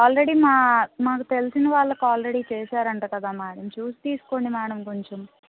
already మా మాకు తెలిసిన వాళ్ళకి ఆల్రెడీ చేసారుట కదా మేడం చూసి తీసుకోండి మేడం కొంచెం